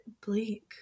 bleak